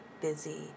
busy